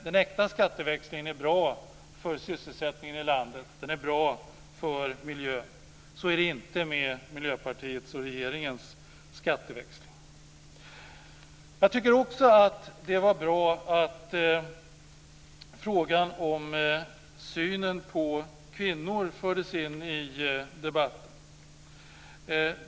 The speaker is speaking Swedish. Den äkta skatteväxlingen är bra för sysselsättningen i landet, och den är bra för miljön. Så är det inte med Miljöpartiets och regeringens skatteväxling. Jag tycker också att det var bra att frågan om synen på kvinnor fördes in i debatten.